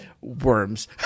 Worms